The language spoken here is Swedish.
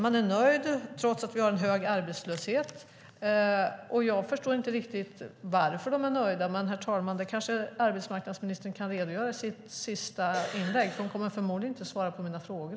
De är nöjda trots att vi har en hög arbetslöshet. Jag förstår inte varför de är nöjda, men det kanske arbetsmarknadsministern kan redogöra för i sitt sista inlägg, för hon kommer förmodligen inte att svara på mina frågor.